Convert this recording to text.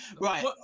Right